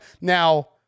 now